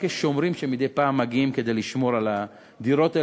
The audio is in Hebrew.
רק יש שומרים שמדי פעם מגיעים כדי לשמור על הדירות האלה,